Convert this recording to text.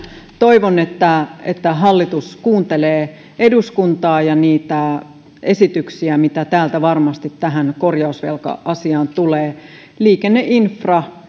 toivon että että hallitus kuuntelee eduskuntaa ja niitä esityksiä mitä täältä varmasti tähän korjausvelka asiaan tulee liikenneinfra